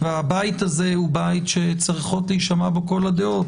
והבית הזה הוא בית שצריכות להישמע בו כל הדעות.